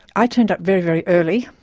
i turned up very, very early,